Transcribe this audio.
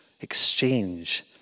exchange